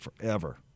forever